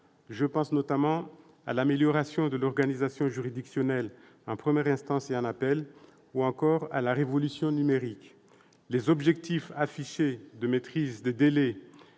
Je pense, notamment, à l'amélioration de l'organisation juridictionnelle en première instance et en appel, ou encore à la révolution numérique. Les objectifs affichés de maîtrise des délais,